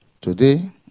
Today